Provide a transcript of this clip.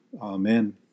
Amen